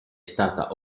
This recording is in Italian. stata